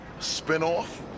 spinoff